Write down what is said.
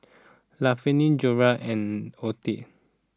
Lafayette Jorja and Othel